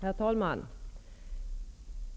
Herr talman!